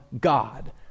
God